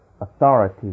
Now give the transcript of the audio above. authority